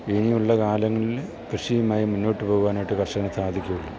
ഇനിയുള്ള കാലങ്ങളിൽ കൃഷിയുമായി മുന്നോട്ടു പോകുവാനായിട്ട് കർഷകന് സാധിക്കുകയുള്ളൂ